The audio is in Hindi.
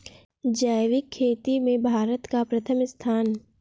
जैविक खेती में भारत का प्रथम स्थान